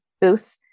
Booth